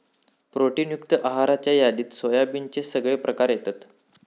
protein युक्त आहाराच्या यादीत सोयाबीनचे सगळे प्रकार येतत